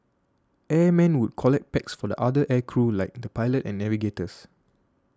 airmen would collect packs for the other air crew like the pilot and navigators